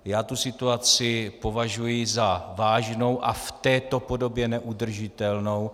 Já tu situaci považuji za vážnou a v této podobě neudržitelnou.